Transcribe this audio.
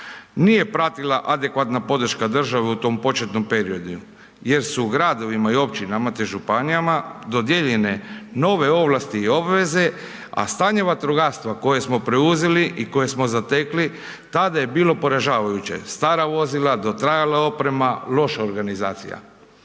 nije pratila adekvatna podrška države u tom početnom periodu jer su gradovima i općinama te županijama dodijeljene nove ovlasti i obveze a stanje vatrogastva koje smo preuzeli i koje smo zatekli tada je bilo poražavajuće, stara vozila, dotrajala oprema, loša organizacija.